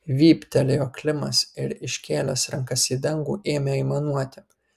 vyptelėjo klimas ir iškėlęs rankas į dangų ėmė aimanuoti